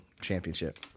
championship